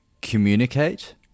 Communicate